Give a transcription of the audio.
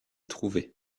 trouver